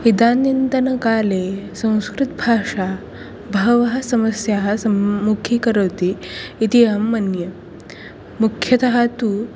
इदानीन्तनकाले संस्कृतभाषा बह्व्यः समस्याः सम्मुखीकरोति इति अहं मन्ये मुख्यतः तु